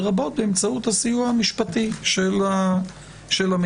לרבות באמצעות הסיוע המשפטי של המדינה.